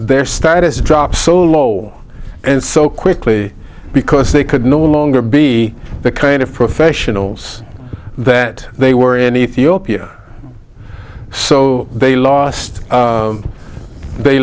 their status dropped so low and so quickly because they could no longer be the kind of professionals that they were any theo p a so they lost they